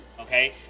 Okay